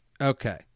Okay